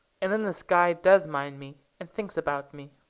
and then the sky does mind me, and thinks about me.